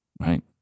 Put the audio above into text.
right